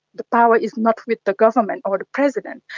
the power is not with the government or the president.